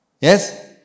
Yes